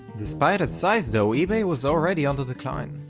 despite its size though, ebay was already on the decline.